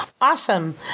awesome